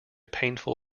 painful